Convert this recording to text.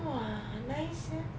!wah! nice sia